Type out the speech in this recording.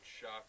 shock